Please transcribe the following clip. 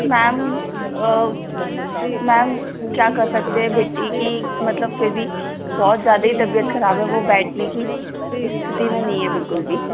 ma'am ma'am क्या कर सकते है बेटी की मतलब फिर भी बहुत ज़्यादा ही तबीयत ख़राब है वो बैठने की स्थिती में नहीं है बिल्कुल भी